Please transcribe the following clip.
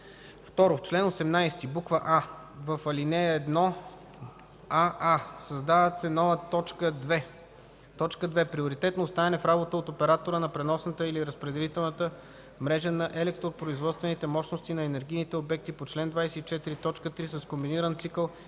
В чл. 18: а) в ал. 1: аа) създава се нова т. 2: „2. приоритетно оставяне в работа от оператора на преносната или разпределителната мрежа на електропроизводствените мощности на енергийните обекти по чл. 24, т. 3 с комбиниран цикъл